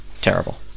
terrible